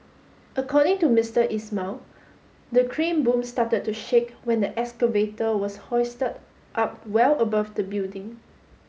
according to Mr Ismail the crane boom started to shake when the excavator was hoisted up well above the building